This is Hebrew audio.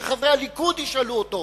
שחברי הליכוד ישאלו אותו,